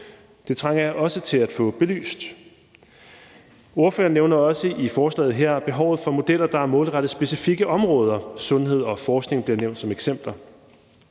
Det trænger jeg også til at få belyst. Ordførerne nævner i forslaget her også behovet for modeller, der er målrettet specifikke områder, og sundhed og forskning bliver nævnt som eksempler.